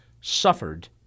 suffered